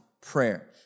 prayer